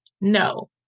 No